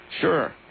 Sure